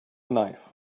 knife